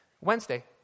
Wednesday